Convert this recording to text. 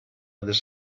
this